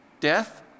Death